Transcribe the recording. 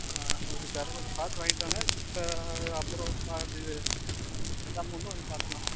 ஆ okay sir கொஞ்சம் பார்த்து வாங்கிட்டு வாங்க அப்புறம் பா அந்த இது அந்த அமௌண்ட்டும் கொஞ்சம் பார்த்துக்கலாம்